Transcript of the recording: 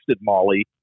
Molly